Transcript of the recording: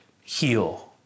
heal